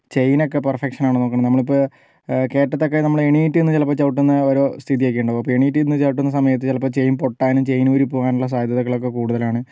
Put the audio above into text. ചെയിനൊക്കെ പെർഫെക്ഷനാണോന്ന് നോക്കണം നമ്മളിപ്പോൾ കയറ്റത്തൊക്കെ നമ്മള് എണീറ്റ്നിന്ന് ചിലപ്പോൾ ചവിട്ടുന്ന ഒരു സ്ഥിതി ഒക്കെ ഉണ്ടാകും അപ്പോൾ എണീറ്റ് നിന്ന് ചവിട്ടുന്ന സമയത്ത് ചിലപ്പോൾ ചെയിൻ പൊട്ടാനും ചെയിൻ ഊരിപ്പോകാനുള്ള സാധ്യതയൊക്കെ കൂടുതലാണ്